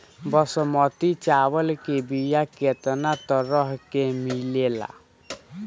बासमती चावल के बीया केतना तरह के मिलेला?